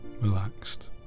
relaxed